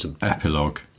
epilogue